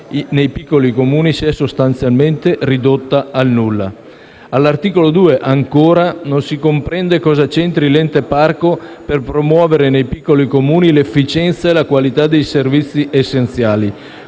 nei piccoli Comuni si è sostanzialmente ridotta al nulla. All'articolo 2, ancora, non si comprende cosa c'entri l'ente parco per promuovere nei piccoli Comuni l'efficienza e la qualità dei servizi essenziali,